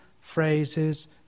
phrases